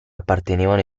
appartenevano